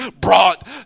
brought